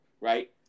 Right